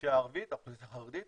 האוכלוסייה הערבית, האוכלוסייה החרדית